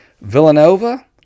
Villanova